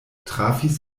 trafis